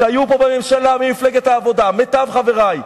שהיו פה בממשלה ממפלגת העבודה, מיטב חברי.